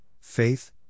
faith